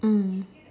mm